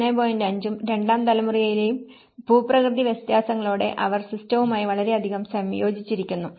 5 ഉം രണ്ടാം തലമുറയിലെയും ഭൂപ്രകൃതി വ്യത്യാസങ്ങളോടെ അവർ സിസ്റ്റവുമായി വളരെയധികം സംയോജിപ്പിച്ചിരിക്കുന്നു